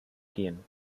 gehen